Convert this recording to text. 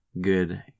good